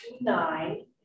nine